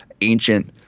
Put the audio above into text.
ancient